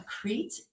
Crete